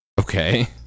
okay